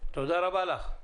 תודה רבה לך.